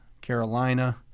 Carolina